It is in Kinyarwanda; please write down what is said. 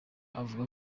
avuga